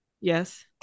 yes